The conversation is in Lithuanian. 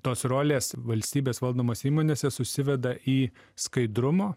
tos rolės valstybės valdomose įmonėse susiveda į skaidrumo